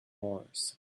horse